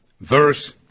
verse